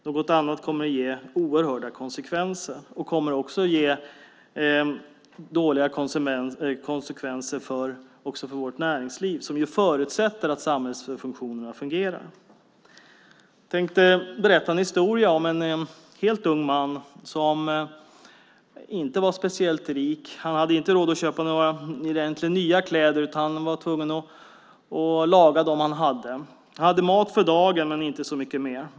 Allt annat kommer att ge oerhörda konsekvenser, också för vårt näringsliv, som förutsätter att samhällsfunktionerna fungerar. Jag tänkte berätta en historia om en helt ung man som inte var speciellt rik. Han hade inte råd att köpa några nya kläder, utan var tvungen att laga dem han hade. Han hade mat för dagen, men inte så mycket mer.